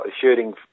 shooting